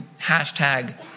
hashtag